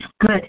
Good